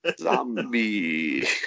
Zombie